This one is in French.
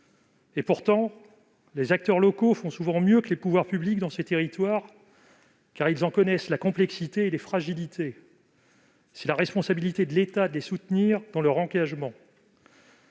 Pourtant, les acteurs locaux font souvent mieux que les pouvoirs publics dans ces territoires, car ils en connaissent la complexité et les fragilités. Il est de la responsabilité de l'État de les soutenir dans leur engagement.